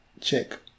Check